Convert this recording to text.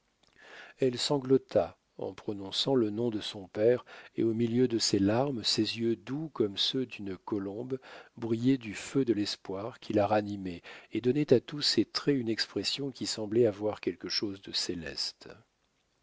elle sanglota en prononçant le nom de son père et au milieu de ses larmes ses yeux doux comme ceux d'une colombe brillaient du feu de l'espoir qui la ranimait et donnait à tous ses traits une expression qui semblait avoir quelque chose de céleste